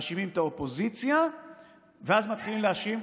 מאשימים את האופוזיציה ואז מתחילים להאשים,